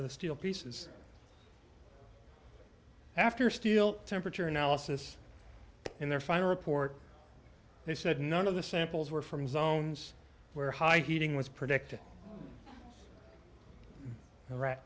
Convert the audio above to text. of the steel pieces after steel temperature analysis in their final report they said none of the samples were from zones where high heating was predicted iraq